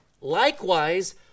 Likewise